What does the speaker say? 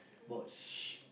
about sh~